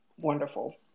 wonderful